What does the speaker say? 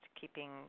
keeping